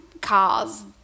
cars